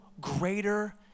greater